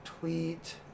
tweet